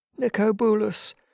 Nicobulus